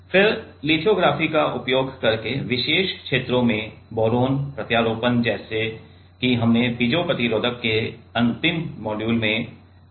फिर लिथोग्राफी का उपयोग करके विशेष क्षेत्रों में बोरॉन प्रत्यारोपण जैसा कि हमने पीजो प्रतिरोधों के अंतिम मॉड्यूल में चर्चा की है